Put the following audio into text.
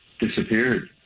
disappeared